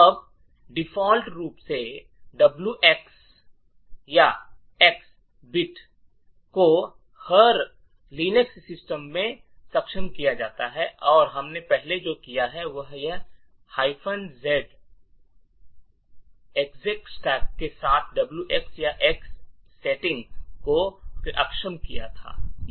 अब डिफ़ॉल्ट रूप से WX या X बिट को हर लिनक्स सिस्टम में सक्षम किया जाता है और हमने पहले जो किया है वह इस z एक्स्ट्रास्टैक के साथ इस WX या X सेटिंग को अक्षम करना था